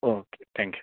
okay thank you